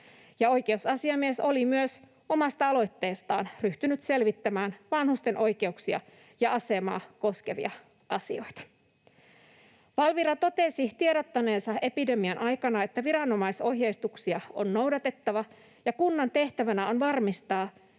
oikeusasiamies oli myös omasta aloitteestaan ryhtynyt selvittämään vanhusten oikeuksia ja asemaa koskevia asioita. Valvira totesi tiedottaneensa epidemian aikana, että viranomaisohjeistuksia on noudatettava ja kunnan tehtävänä on varmistaa,